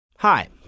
Hi